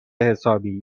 حسابی